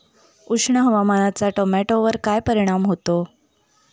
उष्ण हवामानाचा टोमॅटोवर काय परिणाम होतो?